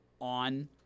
on